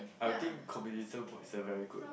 I'll think communism was a very good